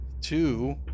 two